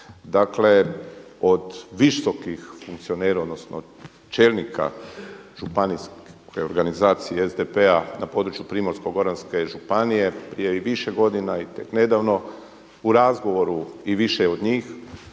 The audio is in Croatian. Dakle od visokih funkcionera odnosno čelnika županijske organizacije SDP-a na području Primorsko-goranske županije prije i više godina i tek nedavno u razgovoru i više od njih